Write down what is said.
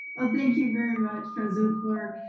thank you very much, president fluor.